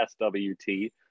SWT